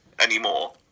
anymore